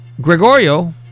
Gregorio